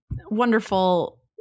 wonderful